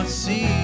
see